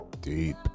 deep